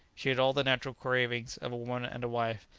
she had all the natural cravings of a woman and a wife,